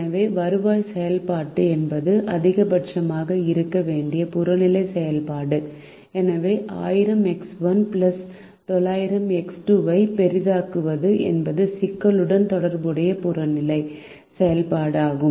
எனவே வருவாய் செயல்பாடு என்பது அதிகபட்சமாக இருக்க வேண்டிய புறநிலை செயல்பாடு எனவே 1000 X1 900 X2 ஐ பெரிதாக்குவது என்பது சிக்கலுடன் தொடர்புடைய புறநிலை செயல்பாடு ஆகும்